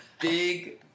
big